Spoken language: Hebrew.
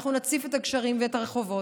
אנחנו נציף את הגשרים ואת הרחובות,